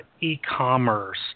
e-commerce